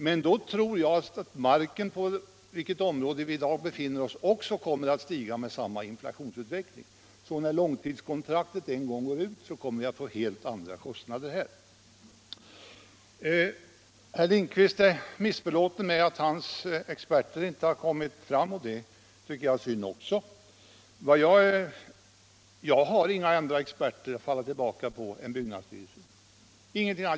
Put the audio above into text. Men då tror jag att den mark som det nuvarande riksdagshuset ligger på också kommer att stiga i pris. När långtidskontraktet en gång går ut kommer vi därför att få helt andra kostnader här. Herr Lindkvist är missbelåten med aw hans experter inte har kommit till tals, och det tycker jag också är synd. Jag har inga andra experter alt falla tillbaka på än byggnadsstyrelsen.